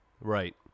right